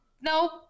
No